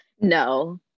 No